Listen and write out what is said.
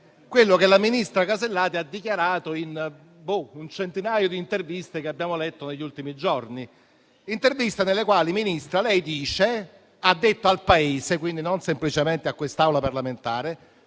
quello che la ministra Casellati ha dichiarato in un centinaio di interviste che abbiamo letto negli ultimi giorni. In tali interviste la Ministra ha detto al Paese, quindi non semplicemente a quest'Aula parlamentare,